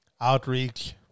outreach